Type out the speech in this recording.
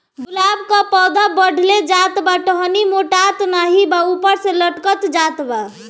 गुलाब क पौधा बढ़ले जात बा टहनी मोटात नाहीं बा ऊपर से लटक जात बा?